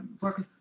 work